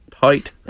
tight